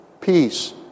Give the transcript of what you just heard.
peace